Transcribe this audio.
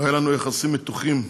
היו לנו יחסים מתוחים,